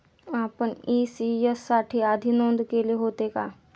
आपण इ.सी.एस साठी आधी नोंद केले होते का?